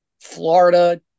Florida